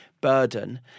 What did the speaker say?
burden